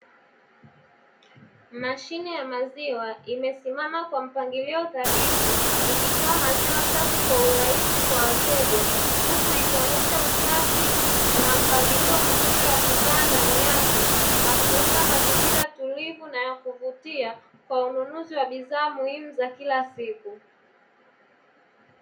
Mashine ya maziwa imesimama kwa mpangilio thabiti ikitoa maziwa safi kwa urahisi kwa wateja, huku ikionyesha usafi na mpangilio mzuri wa bidhaa ndani yake, na kuunda mazingira tulivu na ya kuvutia kwa ununuzi wa bidhaa muhimu za kila siku.